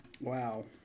Wow